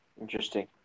Interesting